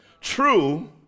True